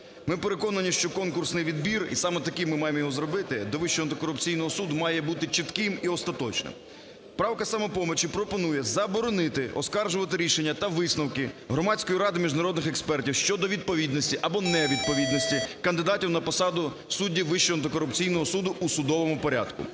Ми переконані, що конкурсний відбір, і саме таким ми маємо його зробити до Вищого антикорупційного суду, має бути чітким і остаточним. Правка "Самопомочі" пропонує заборонити оскаржувати рішення та висновки Громадської ради міжнародних експертів щодо відповідності або невідповідності кандидатів на посаду суддів Вищого антикорупційного суду у судовому порядку.